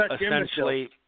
essentially –